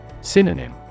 Synonym